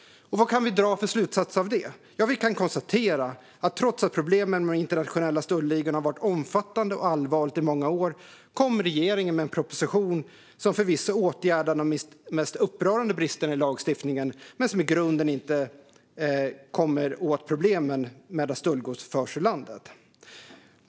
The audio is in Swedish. Vad kan vi dra för slutsats av det? Ja, vi kan konstatera att trots att problemet med de internationella stöldligorna har varit omfattande och allvarligt i många år kom regeringen med en proposition som förvisso åtgärdar de mest upprörande bristerna i lagstiftningen men som i grunden inte kommer åt problemet med att stöldgods förs ur landet.